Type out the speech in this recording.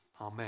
amen